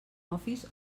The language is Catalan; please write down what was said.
office